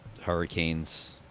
hurricanes